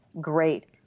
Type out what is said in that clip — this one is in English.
great